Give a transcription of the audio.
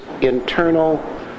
internal